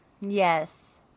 Yes